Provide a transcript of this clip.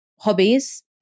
hobbies